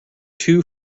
two